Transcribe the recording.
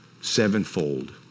sevenfold